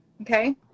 Okay